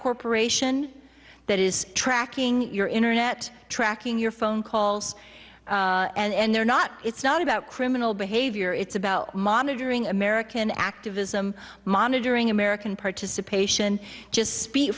corporation that is tracking your internet tracking your phone calls and they're not it's not about criminal behavior it's about monitoring american activism monitoring american participation just